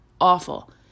awful